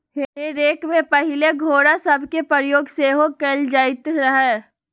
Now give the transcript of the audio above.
हे रेक में पहिले घोरा सभके प्रयोग सेहो कएल जाइत रहै